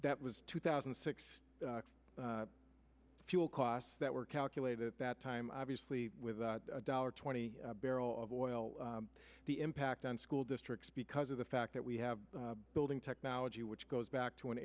that was two thousand and six fuel costs that were calculated at that time obviously with a dollar twenty barrel of oil the impact on school districts because of the fact that we have building technology which goes back to an